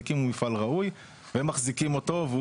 הקימו מפעל ראוי והם מחזיקים אותו.